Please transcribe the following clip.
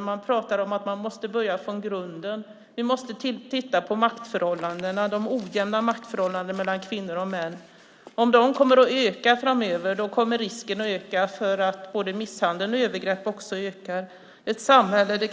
Man pratar om att man måste börja från grunden. Vi måste titta på maktförhållandena, de ojämna maktförhållandena, mellan kvinnor och män. Om de kommer att öka framöver kommer både misshandel och övergrepp också att riskera att öka.